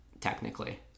technically